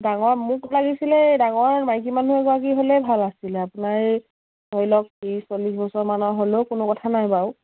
ডাঙৰ মোক লাগিছিলে ডাঙৰ মাইকী মানুহ এগৰাকী হ'লে ভাল আছিলে আপোনাৰ এই ধৰি লওক ত্ৰিছ চল্লিছ বছৰমানৰ হ'লেও কোনো কথা নাই বাৰু